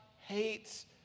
hates